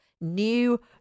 new